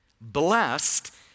Blessed